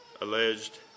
alleged